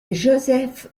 joseph